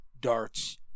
darts